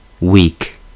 weak